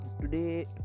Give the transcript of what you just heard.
Today